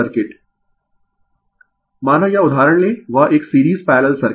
Refer slide Time 0844 माना यह उदाहरण लें वह एक सीरीज पैरलल सर्किट है